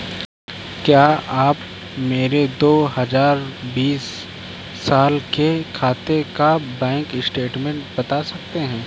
क्या आप मेरे दो हजार बीस साल के खाते का बैंक स्टेटमेंट बता सकते हैं?